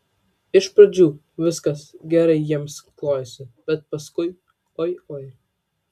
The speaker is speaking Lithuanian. iš pradžių viskas gerai jiems klojosi bet paskui oi oi